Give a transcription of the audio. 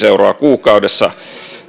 euroa kuukaudessa